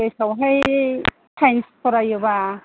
कलेजआवहाय science फरायोबा